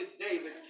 David